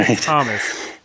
Thomas